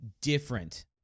different